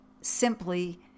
simply